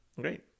Great